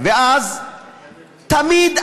ואז תמיד,